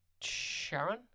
Sharon